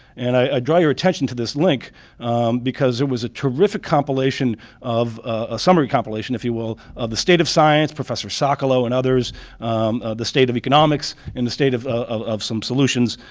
and i draw your attention to this link because it was a terrific compilation of, a summary compilation, if you will, of the state of science, professor sakharov and others, of the state of economics and the state of of some solutions,